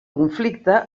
conflicte